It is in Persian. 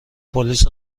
پلیس